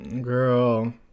girl